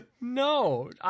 No